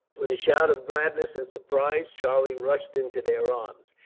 with a shout of gladness and surprise, charlie rushed into their arms.